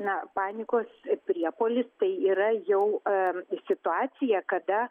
na panikos priepuolis tai yra jau a situacija kada